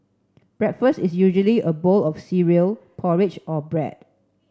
breakfast is usually a bowl of cereal porridge or bread